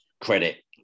credit